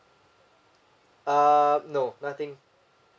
uh no nothing